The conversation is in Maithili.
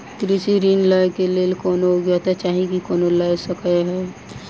कृषि ऋण लय केँ लेल कोनों योग्यता चाहि की कोनो लय सकै है?